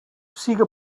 siga